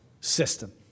system